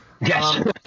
Yes